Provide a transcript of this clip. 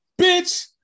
Bitch